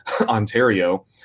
Ontario